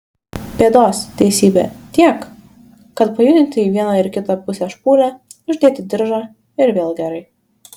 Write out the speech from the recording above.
bėdos teisybė tiek kad pajudinti į vieną ir kitą pusę špūlę uždėti diržą ir vėl gerai